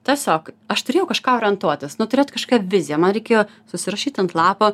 tiesiog aš turėjau kažką orientuotis nu turėt kažkią viziją man reikėjo susirašyti ant lapo